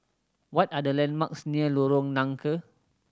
what are the landmarks near Lorong Nangka